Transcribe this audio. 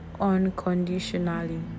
unconditionally